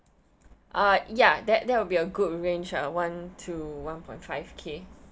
uh ya that that will be a good range ah one to one point five K